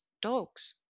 dogs